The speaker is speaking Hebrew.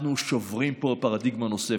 אנחנו שוברים פה פרדיגמה נוספת.